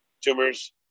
tumors